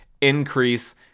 increase